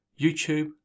YouTube